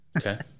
okay